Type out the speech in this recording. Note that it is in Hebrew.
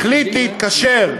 החליט להתקשר,